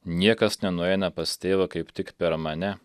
niekas nenueina pas tėvą kaip tik per mane